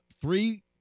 Three